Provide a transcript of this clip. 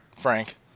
Frank